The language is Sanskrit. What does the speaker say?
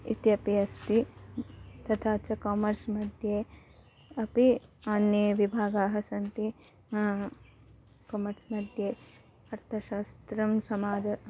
इत्यपि अस्ति तथा च कामर्स् मध्ये अपि अन्ये विभागाः सन्ति कमर्स् मध्ये अर्थशास्त्रं समाजः